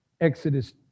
Exodus